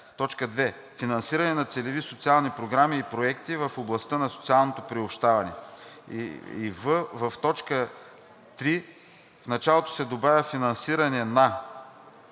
така: „2. финансиране на целеви социални програми и проекти в областта на социалното приобщаване;“ в) в т. 3 в началото се добавя „финансиране на“.